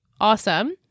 awesome